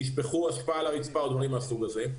ישפכו אשפה על הרצפה או דברים מהסוג הזה.